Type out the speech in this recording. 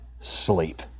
sleep